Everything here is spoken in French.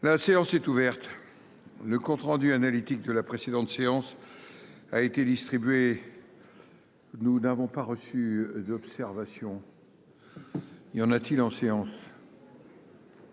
La séance est ouverte, le compte rendu analytique de la précédente séance a été distribué, nous n'avons pas reçu d'observation, il en a-t-il en séance.